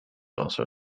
also